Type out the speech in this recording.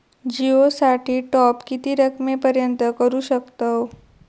जिओ साठी टॉप किती रकमेपर्यंत करू शकतव?